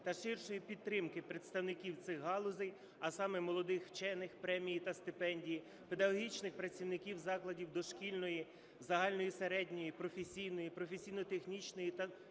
та ширшої підтримки представників цих галузей, а саме: молодих учених (премії та стипендії), педагогічних працівників закладів дошкільної, загальної середньої, професійної (професійно-технічної) та позашкільної